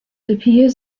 appears